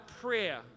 prayer